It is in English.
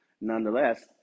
nonetheless